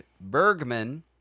bergman